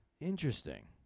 Interesting